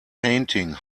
painting